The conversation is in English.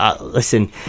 listen